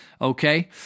Okay